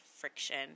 friction